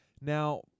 Now